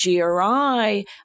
GRI